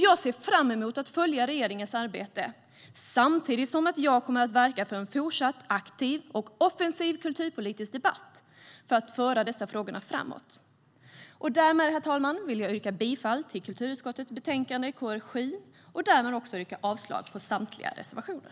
Jag ser fram emot att följa regeringens arbete, samtidigt som jag kommer att verka för en fortsatt aktiv och offensiv kulturpolitisk debatt för att föra dessa frågor framåt. Därmed, herr talman, vill jag yrka bifall till förslaget i kulturutskottets betänkande KrU7 och avslag på samtliga reservationer.